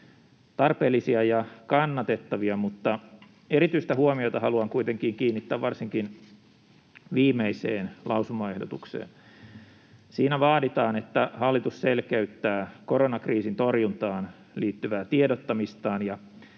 tarpeellisia ja kannatettavia, mutta haluan kuitenkin kiinnittää erityistä huomiota varsinkin viimeiseen lausumaehdotukseen. Siinä vaaditaan, että hallitus selkeyttää koronakriisin torjuntaan liittyvää tiedottamistaan, ja